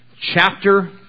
chapter